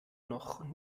noch